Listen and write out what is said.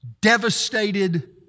devastated